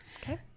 Okay